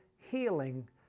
healing